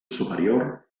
superior